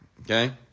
Okay